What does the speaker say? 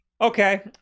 Okay